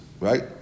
right